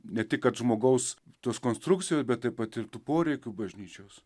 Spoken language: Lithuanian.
ne tik kad žmogaus tos konstrukcijos bet taip pat ir tų poreikių bažnyčios